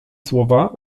słowa